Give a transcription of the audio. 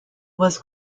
was